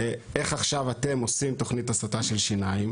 איך עכשיו אתם עושים תוכנית הסתה של שיניים.